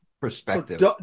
Perspective